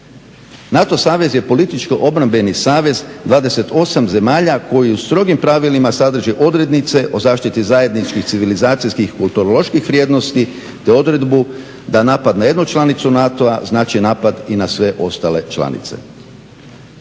NATO savez je političko-obrambeni savez 28 zemalja koji u strogim pravilima sadrži odrednice o zaštiti zajedničkih civilizacijskih kulturoloških vrijednosti te odredbu da napad na jednu članicu NATO-a znači napad i na sve ostale članice.